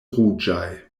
ruĝaj